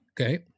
Okay